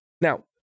Now